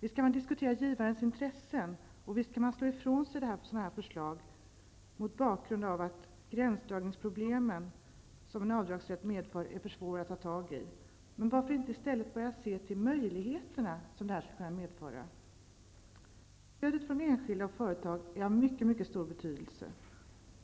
Visst kan man diskutera givarens intressen och visst kan man slå ifrån sig förslaget med hänvisning till att de gränsdragningsproblem som en avdragsrätt medför är för svåra att ta tag i. Men varför kan man i stället inte se till de möjligheter som det här skulle kunna medföra. Stödet från enskilda och företag är av mycket stor betydelse.